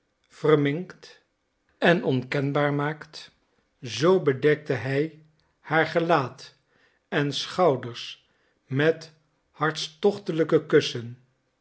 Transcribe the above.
verminkt en onkenbaar maakt zoo bedekte hij haar gelaat en schouders met hartstochtelijke kussen